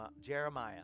Jeremiah